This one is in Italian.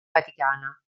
vaticana